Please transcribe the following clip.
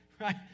right